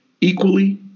equally